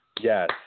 Yes